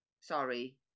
Sorry